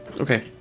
Okay